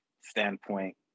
standpoint